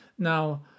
Now